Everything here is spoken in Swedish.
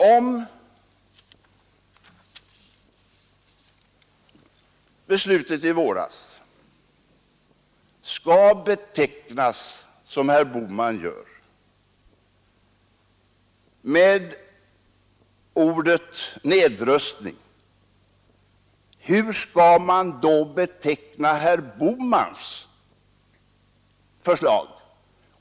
Om beslutet i våras skall betecknas med ordet nedrustning, som herr Bohman gör, hur skall man då beteckna herr Bohmans förslag?